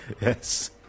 Yes